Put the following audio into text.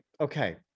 okay